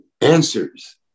answers